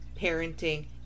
parenting